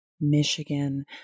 Michigan